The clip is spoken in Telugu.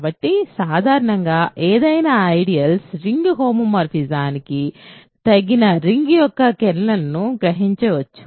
కాబట్టి సాధారణంగా ఏదైనా ఐడియల్స్రింగ్ హోమోమోర్ఫిజానికి తగిన రింగ్ యొక్క కెర్నల్గా గ్రహించవచ్చు